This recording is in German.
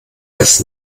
erst